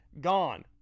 gone